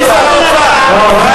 רק שאלה.